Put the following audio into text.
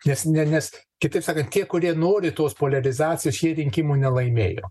nes ne nes kitaip sakant tie kurie nori tos poliarizacijos jie rinkimų nelaimėjo